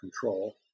control